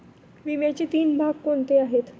विम्याचे तीन भाग कोणते आहेत?